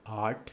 आठ